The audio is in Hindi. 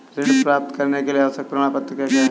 ऋण प्राप्त करने के लिए आवश्यक प्रमाण क्या क्या हैं?